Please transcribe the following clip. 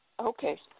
Okay